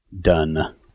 Done